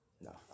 No